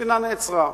והספינה נעצרה,